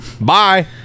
Bye